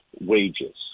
Wages